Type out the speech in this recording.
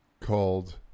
called